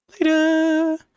Later